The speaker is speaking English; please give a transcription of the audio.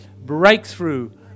breakthrough